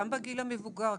גם בגיל המבוגר,